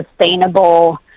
sustainable